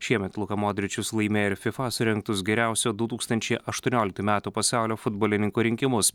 šiemet luka modričius laimėjo ir fifa surengtus geriausio du tūkstančiai aštuonioliktų metų pasaulio futbolininko rinkimus